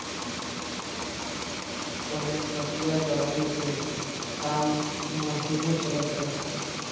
पहिले कटिया दवरी के काम महिनो चलत रहे